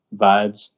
vibes